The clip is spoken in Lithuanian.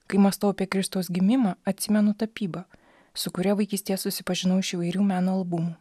kai mąstau apie kristaus gimimą atsimenu tapybą su kuria vaikystėje susipažinau iš įvairių meno albumų